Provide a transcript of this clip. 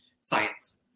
science